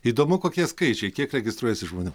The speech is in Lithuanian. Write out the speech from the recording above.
įdomu kokie skaičiai kiek registruojasi žmonių